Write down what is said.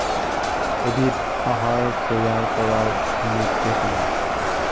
এবিধ আহাৰ তৈয়াৰ কৰাৰ নিৰ্দেশনা